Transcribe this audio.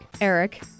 Eric